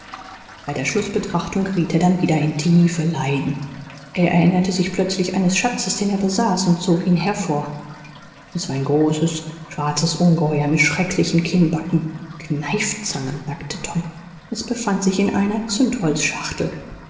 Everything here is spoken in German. bei der schlußbetrachtung geriet er dann wieder in tiefe leiden er erinnerte sich plötzlich eines schatzes den er besaß und zog ihn hervor es war ein großes schwarzes ungeheuer mit schrecklichen kinnbacken kneifzangen sagte tom es befand sich in einer